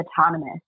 autonomous